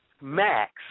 Max